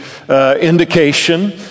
indication